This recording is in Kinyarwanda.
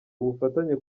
ubufatanye